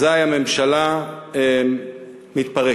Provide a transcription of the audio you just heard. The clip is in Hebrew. אזי הממשלה מתפרקת.